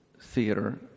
theater